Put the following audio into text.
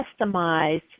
customized